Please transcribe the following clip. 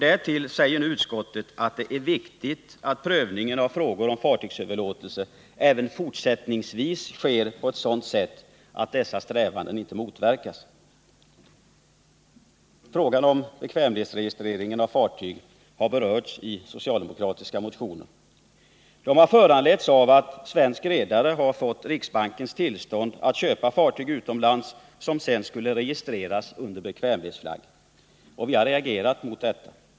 Därtill skriver utskottet att det är viktigt att prövningen av frågor om sjöfartsöverlåtelser även fortsättningsvis sker på ett sådant sätt att dessa strävanden inte motverkas. Frågan om bekvämlighetsregistrering av fartyg har berörts i socialdemokratiska motioner. De har föranletts av att svensk redare har fått riksbankens tillstånd att köpa fartyg utomlands, som sedan skulle registreras under bekvämlighetsflagg. Vi har reagerat mot detta.